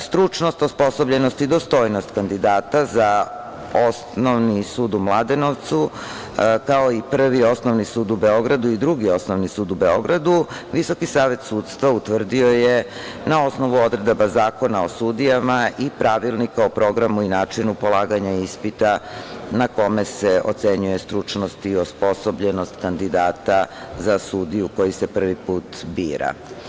Stručnost, osposobljenost i dostojnost kandidata za Osnovni sud u Mladenovcu, kao i Prvi osnovni sud u Beogradu i Drugi osnovni sud u Beogradu, VSS utvrdio je na osnovu odredaba Zakona o sudijama i pravilnika o programu i načinu polaganja ispita na kome se ocenjuje stručnost i osposobljenost kandidata za sudiju koji se prvi put bira.